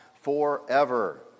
forever